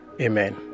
amen